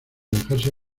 dejarse